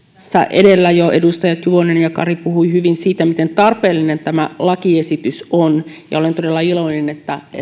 edellä jo edustajat juvonen ja kari puhuivat hyvin siitä miten tarpeellinen tämä lakiesitys on ja olen todella iloinen että